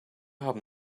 haben